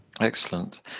Excellent